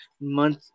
month